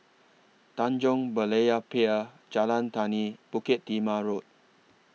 Tanjong Berlayer Pier Jalan Tani Bukit Timah Road